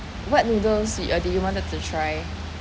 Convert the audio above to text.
what noodles did you uh did you wanted to try